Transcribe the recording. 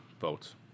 votes